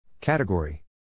Category